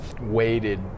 weighted